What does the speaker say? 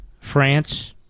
France